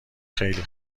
خیلی